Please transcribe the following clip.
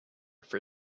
for